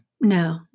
No